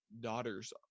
daughters